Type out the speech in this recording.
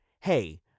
hey